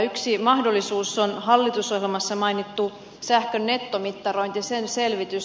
yksi mahdollisuus on hallitusohjelmassa mainittu sähkön nettomittaroinnin selvitys